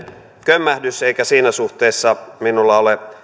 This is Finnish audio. kömmähdys eikä siinä suhteessa minulla ole